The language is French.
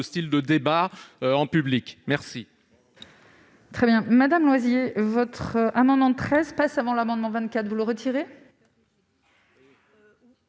style de débat en public. Les